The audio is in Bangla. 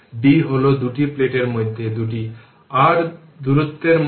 তারপর 2 থেকে 4 সেকেন্ড এটি 0 তাই এটি 0